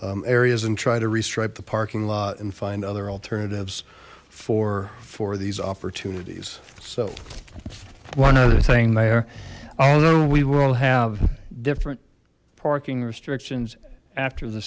areas and try to restriped the parking lot and find other alternatives for for these opportunities so one other thing they are although we will have different parking restrictions after the